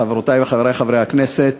חברותי וחברי חברי הכנסת,